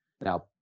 Now